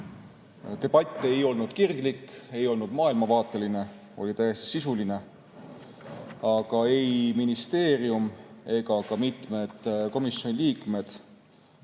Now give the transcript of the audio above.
Debatt ei olnud kirglik, ei olnud maailmavaateline, oli täiesti sisuline. Aga ei ministeerium ega ka mitmed komisjoni liikmed